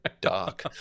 Dark